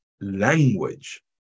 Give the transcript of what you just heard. Language